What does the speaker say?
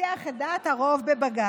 שניסח את דעת הרוב בבג"ץ.